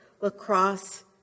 lacrosse